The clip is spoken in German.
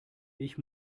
ich